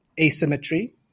asymmetry